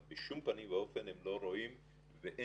אבל בשום פנים ואופן הם לא רואים ואין